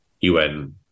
UN